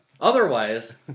Otherwise